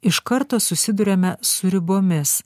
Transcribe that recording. iš karto susiduriame su ribomis